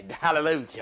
Hallelujah